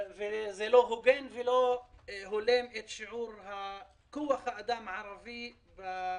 זה לא הוגן וזה לא הולם את כוח האדם הערבי במדינה.